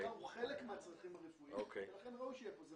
המחקר הוא חלק מהצרכים הרפואיים ולכן ראוי שיהיה כאן.